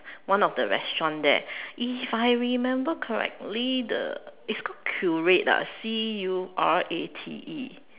one of the restaurant there if I remember correctly the it's called curate ah C U R A T E